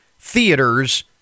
theaters